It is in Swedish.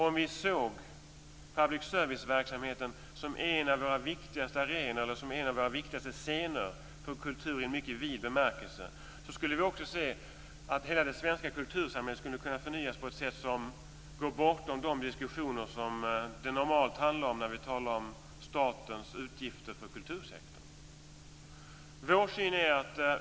Om vi såg public service-verksamheten som en av våra viktigaste scener för kultur i en mycket vid bemärkelse, skulle vi också upptäcka att hela det svenska kultursamhället kunde förnyas på ett sätt som går bortom de diskussioner som normalt förs när vi talar om statens utgifter för kultursektorn.